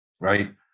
right